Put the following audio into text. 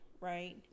right